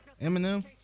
eminem